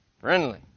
friendly